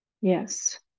Yes